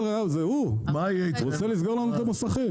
כן, זה הוא, הוא רוצה לסגור לנו את המוסכים.